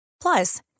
Plus